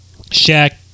Shaq